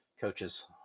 coaches